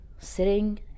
sitting